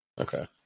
Okay